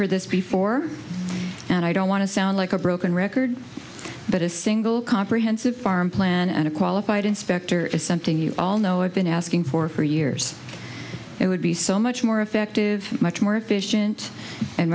for this before and i don't want to sound like a broken record but it's ingle comprehensive farm plan and a qualified inspector is something you all know i've been asking for for years it would be so much more effective much more efficient and